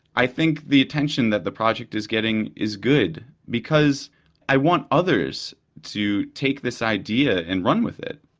i think the attention that the project is getting is good because i want others to take this idea and run with it.